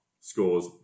scores